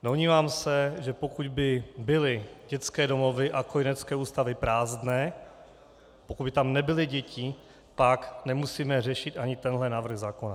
Domnívám se, že pokud by byly dětské domovy a kojenecké ústavy prázdné, pokud by tam nebyly děti, pak nemusíme řešit ani tento návrh zákona.